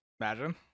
imagine